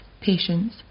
patience